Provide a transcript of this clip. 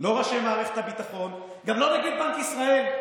ולא ראשי מערכת הביטחון, גם לא נגיד בנק ישראל.